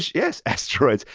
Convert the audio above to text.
yes, asteroids.